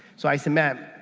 so i said, ma'am,